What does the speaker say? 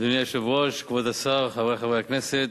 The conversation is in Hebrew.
כבוד השר, חברי חברי הכנסת,